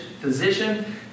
physician